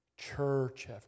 church